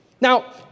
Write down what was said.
Now